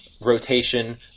rotation